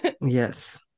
yes